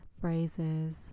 phrases